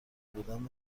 بودن